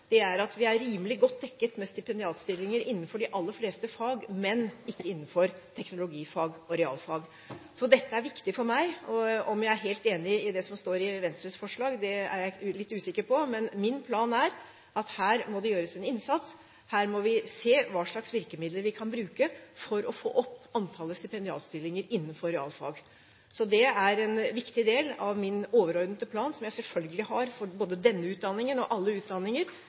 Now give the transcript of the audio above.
er at vi er rimelig godt dekket med stipendiatstillinger innenfor de aller fleste fag, men ikke innenfor teknologifag og realfag. Dette er viktig for meg. Om jeg er helt enig i det som står i Venstres forslag, er jeg litt usikker på, men min plan er at her må det gjøres en innsats. Her må vi se på hva slags virkemidler vi kan bruke for å få opp antall stipendiatstillinger innenfor realfag. Det er en viktig del av min overordnede plan, som jeg selvfølgelig har for både denne utdanningen og alle utdanninger.